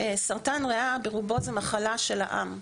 סרטן ריאה ברובו זה מחלה של העם.